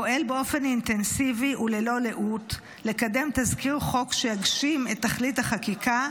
פועל באופן אינטנסיבי וללא לאות לקדם תזכיר חוק שיגשים את תכלית החקיקה,